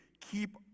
keep